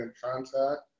contact